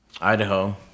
Idaho